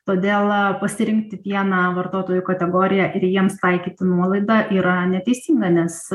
todėl pasirinkti vieną vartotojų kategoriją ir jiems taikyti nuolaidą yra neteisinga nes